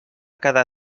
cada